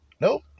nope